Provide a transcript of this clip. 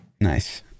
Nice